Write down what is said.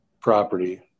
property